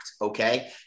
okay